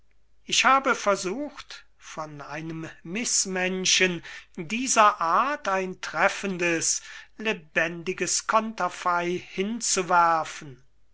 ich habe versucht von einem mißmenschen dieser art ein treffendes lebendiges konterfey hinzuwerfen